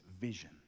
vision